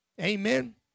Amen